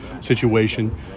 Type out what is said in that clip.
situation